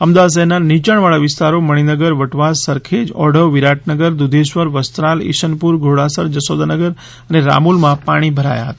અમદાવાદ શહેરના નીયાણવાળા વિસ્તારો મણિનગર વટવા સરખેજ ઓઢવ વિરાટનગર દૂધેશ્વર વસ્ત્રાલ ઇસનપુર ઘોડાસર જશોદાનગર રામોલમાં પાણી ભરાયા હતા